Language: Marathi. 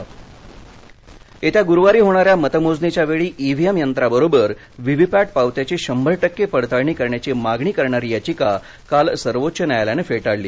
इव्हीएम येत्या गुरुवारी होणाऱ्या मतमोजणीच्या वेळी इव्हीएम यंत्रांबरोबर व्हीव्हीपॅट पावत्यांची शंभर टक्के पडताळणी करण्याची मागणी करणारी याचिका काल सर्वोच्च न्यायालयानं फेटाळली